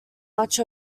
much